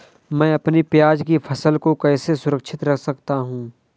मैं अपनी प्याज की फसल को कैसे सुरक्षित रख सकता हूँ?